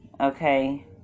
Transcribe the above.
Okay